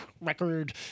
record